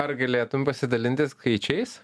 ar galėtum pasidalinti skaičiais